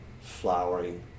flowering